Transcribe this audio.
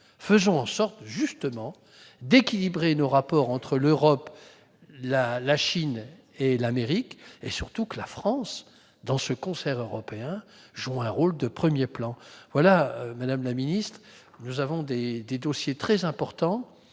Faisons en sorte, justement, d'équilibrer nos rapports entre l'Europe, la Chine et l'Amérique et, surtout, faisons en sorte que la France, dans ce concert européen, joue un rôle de premier plan ! Madame la secrétaire d'État, nous avons des dossiers très importants